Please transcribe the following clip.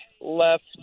left